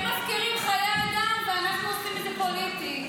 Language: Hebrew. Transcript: הם מפקירים חיי אדם ואנחנו עושים מזה פוליטי.